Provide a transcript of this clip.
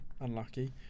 unlucky